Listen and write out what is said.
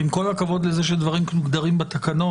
עם כל הכבוד לזה שדברים מוגדרים בתקנות,